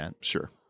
Sure